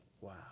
wow